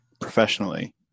Professionally